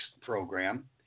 program